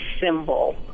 symbol